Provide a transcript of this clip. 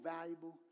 valuable